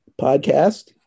podcast